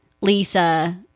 Lisa